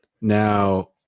now